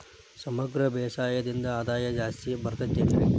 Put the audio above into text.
ಸಮಗ್ರ ಬೇಸಾಯದಿಂದ ಆದಾಯ ಜಾಸ್ತಿ ಬರತೈತೇನ್ರಿ?